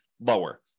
lower